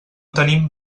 tenim